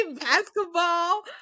basketball